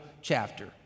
chapter